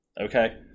Okay